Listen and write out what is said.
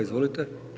Izvolite.